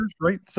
right